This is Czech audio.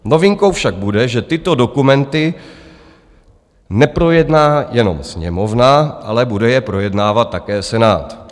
Novinkou však bude, že tyto dokumenty neprojedná jenom Sněmovna, ale bude je projednávat také Senát.